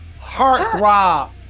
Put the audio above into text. Heartthrob